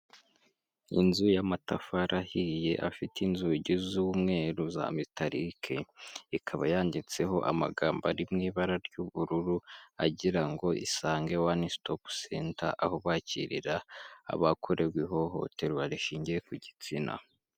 Inzu y'amatafari ahiye afite inzugi z'umweru za metarike, ikaba yanditseho amagambo ari mu ibara ry'ubururu, agira ngo isange wani sitopu senta, aho bakirira abakorewe ihohoterwa rishingiye ku gitsina.